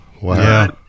Wow